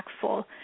impactful